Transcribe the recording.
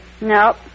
No